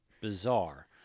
bizarre